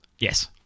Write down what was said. Yes